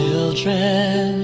Children